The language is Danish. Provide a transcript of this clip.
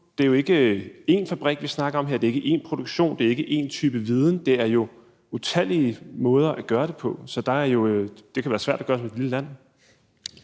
Det er jo ikke én fabrik, vi snakker om her; det er ikke én produktion; det er ikke én type viden; det er jo utallige måder at gøre det på, og det kan være svært at gøre for et lille land.